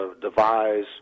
devise